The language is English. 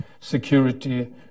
security